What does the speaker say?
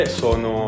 sono